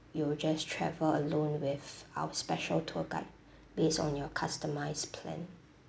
you'll just travel alone with our special tour guide based on your customised plan